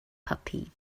puppy